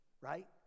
right